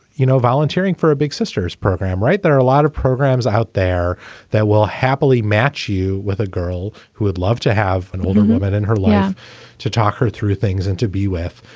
you know, volunteering for a big sisters program. right. there are a lot of programs out there that will happily match you with a girl who would love to have an older woman in her lap to talk her through things and to be with.